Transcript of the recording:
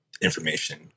information